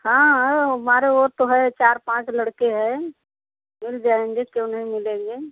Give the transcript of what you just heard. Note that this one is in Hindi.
हाँ है हमारे और तो है चार पाँच लड़के हैं मिल जाएँगे क्यों नहीं मिलेंगे